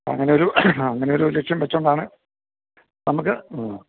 അങ്ങനൊരു അങ്ങനൊരു ലക്ഷ്യം വച്ചതുകൊണ്ടാണ് നമുക്ക് ആ